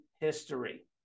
history